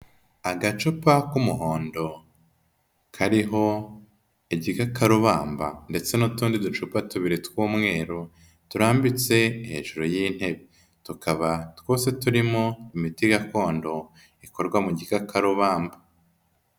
Agacupa k'umuhondo kariho igikakarubamba ndetse n'utundi ducupa tubiri tw'umweru, turambitse hejuru y'intebe, tukaba twose turimo imiti gakondo ikorwa mu gikakarubamba.